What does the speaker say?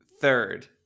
third